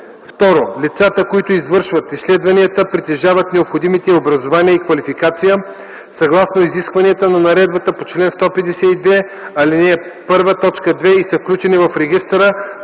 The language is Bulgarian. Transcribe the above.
2; 2. лицата, които извършват изследванията, притежават необходимите образование и квалификация съгласно изискванията на наредбата по чл. 152, ал. 1, т. 2 и са включени в регистъра